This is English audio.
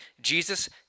Jesus